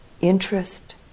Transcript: interest